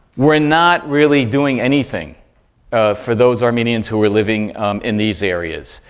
were not really doing anything for those armenians who were living in these areas,